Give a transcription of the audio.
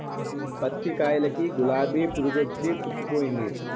పత్తి కాయలకి గులాబి పురుగొచ్చి పుచ్చిపోయింది